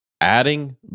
adding